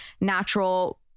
natural